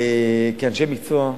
כאנשי מקצוע.